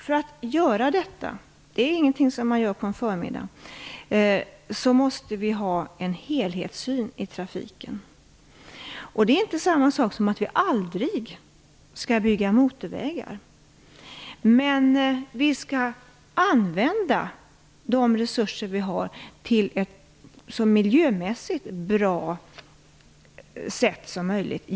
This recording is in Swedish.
För att göra detta - det görs inte på en förmiddag - måste vi ha en helhetssyn i trafiken. Det är inte detsamma som att vi aldrig skall bygga motorvägar. Men vi skall använda de resurser som vi har på ett miljömässigt så bra sätt som möjligt.